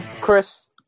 Chris